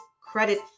credit